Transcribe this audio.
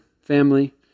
family